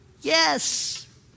Yes